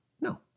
No